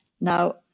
now